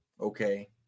okay